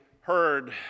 heard